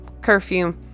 curfew